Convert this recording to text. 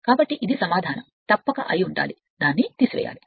కాబట్టి ఇది తప్పక సమాధానం ఉండాలి దాన్ని తీసివేయాలి